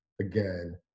again